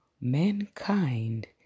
mankind